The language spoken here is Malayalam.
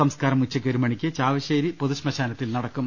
സംസ്കാരം ഉച്ചയ്ക്ക് ഒരു മണിയ്ക്ക് ചാവശേരി പൊതുശ്മശാനത്തിൽ നടക്കും